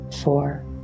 four